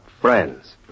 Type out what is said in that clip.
friends